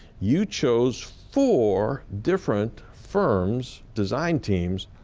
you chose four different firms, design teams.